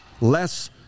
less